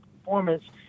Performance